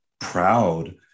proud